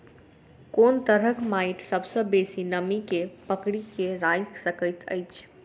कोन तरहक माटि सबसँ बेसी नमी केँ पकड़ि केँ राखि सकैत अछि?